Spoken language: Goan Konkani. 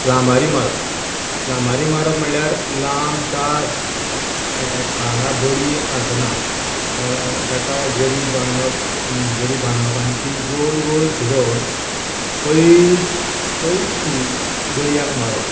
लामारी मारप लामारी मारप म्हणल्यार लांब तांस हांगा बडी आसना ताका गरी बांदप ताका गरी बांदप आनी ती गोल गोल फिरोवन पयस पयस दर्याक मारप